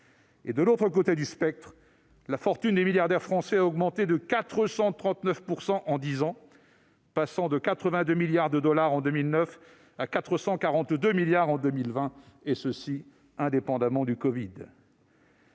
De l'autre côté du spectre, la fortune des milliardaires français a augmenté de 439 % en dix ans, passant de 82 milliards de dollars en 2009 à 442 milliards en 2020, indépendamment du covid.